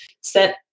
set